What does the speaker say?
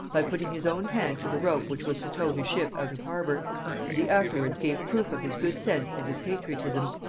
by putting his own hand to the rope which was to tow his ship out of harbour and he afterwards gave proof of his good sense and his patriotism,